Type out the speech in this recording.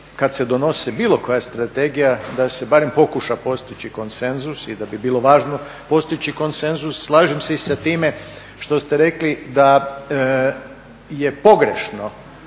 kad se donosi bilo koja strategija, da se barem pokuša postići konsenzus i da bi bilo važno postići konsenzus. Slažem se i sa time što ste rekli da je pogrešno